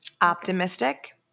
Optimistic